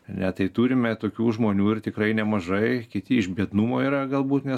ar ne tai turime tokių žmonių ir tikrai nemažai kiti iš biednumo yra galbūt nes